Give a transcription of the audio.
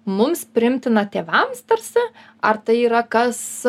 mums priimtina tėvams tarsi ar tai yra kas